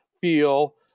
feel